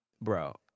Bro